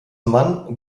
mann